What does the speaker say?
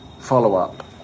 follow-up